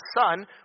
Son